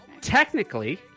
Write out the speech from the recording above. Technically